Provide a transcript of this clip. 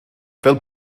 fel